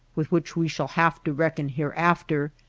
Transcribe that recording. with which we shall have to reckon hereafter,